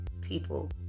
people